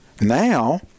Now